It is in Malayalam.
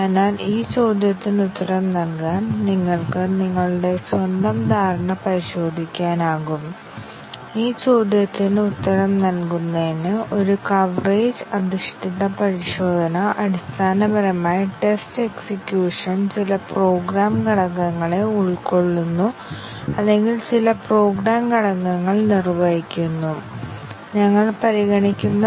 അതിനാൽ ഫംഗ്ഷനിൽ എല്ലാ ലീനിയർലി ഇൻഡിപെൻഡെന്റ് പാതകളും പാത്ത് കവറേജ് നേടുന്നതിനുള്ള ടെസ്റ്റ് കേസുകൾ നിർവ്വഹിക്കുന്നു എന്നാൽ ഇത് ലീനിയർലി ഇൻഡിപെൻഡെന്റ് എന്താണെന്ന ഈ ചോദ്യത്തിലേക്ക് നമ്മെ എത്തിക്കുന്നു